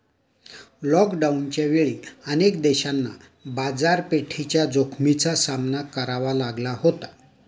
लॉकडाऊनच्या वेळी अनेक देशांना बाजारपेठेच्या जोखमीचा सामना करावा लागला होता